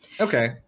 okay